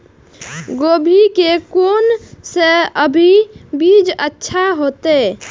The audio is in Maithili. गोभी के कोन से अभी बीज अच्छा होते?